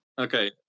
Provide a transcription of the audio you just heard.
Okay